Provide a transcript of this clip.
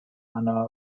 anna